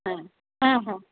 হ্যাঁ হ্যাঁ হ্যাঁ